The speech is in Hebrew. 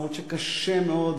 למרות שקשה מאוד,